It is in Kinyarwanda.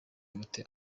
hagati